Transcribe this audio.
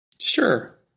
Sure